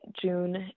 June